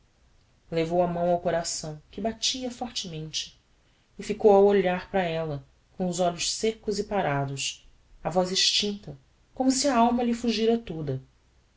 a mão ao coração que batia fortemente e ficou a olhar para ella com os olhos seccos e parados a voz extincta como se a alma lhe fugira toda